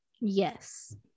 Yes